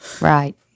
Right